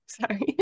Sorry